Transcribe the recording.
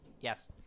Yes